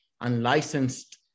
unlicensed